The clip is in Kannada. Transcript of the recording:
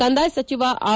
ಕಂದಾಯ ಸಚಿವ ಆರ್